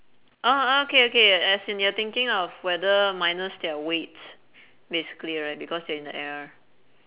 oh oh okay okay as in you're thinking of whether minus their weight basically right because they're in the air